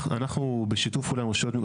אנחנו בשיתוף פעולה עם רשויות מקומיות.